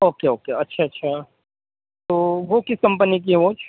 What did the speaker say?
okay okay اچھا اچھا تو وہ کس کمپنی کی ہے واچ